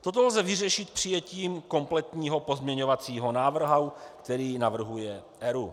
Toto lze vyřešit přijetím kompletního pozměňovacího návrhu, který navrhuje ERÚ.